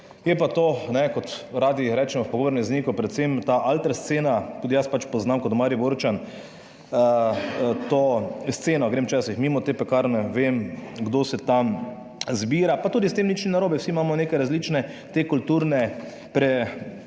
Je pa to, kot radi rečemo v pogovornem, z neko predvsem ta alter scena, tudi jaz pač poznam kot Mariborčan to sceno, grem včasih mimo te Pekarne, vem, kdo se tam zbira, pa tudi s tem nič ni narobe. Vsi imamo neke različne te kulturne